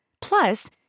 Plus